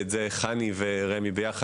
חלופה שחנ"י ורמ"י מקדמות יחד,